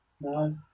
No